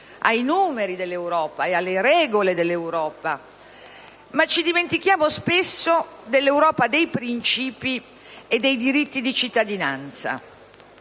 ai numeri dell'Europa e alle regole dell'Europa, ma ci dimentichiamo spesso dell'Europa dei princìpi e dei diritti di cittadinanza.